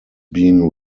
being